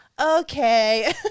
okay